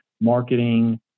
marketing